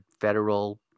federal